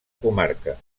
comarca